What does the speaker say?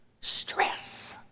stress